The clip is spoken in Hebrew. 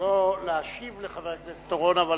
לא להשיב לחבר הכנסת אורון, אבל